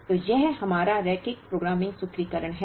तो यह हमारा रैखिक प्रोग्रामिंग सूत्रीकरण है